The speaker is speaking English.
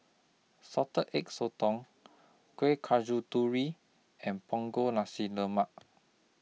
Salted Egg Sotong Kueh and Punggol Nasi Lemak